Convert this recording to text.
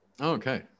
Okay